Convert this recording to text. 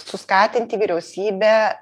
suskatinti vyriausybę